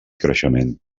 creixement